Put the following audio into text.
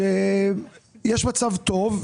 שיש מצב טוב,